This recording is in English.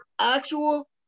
actual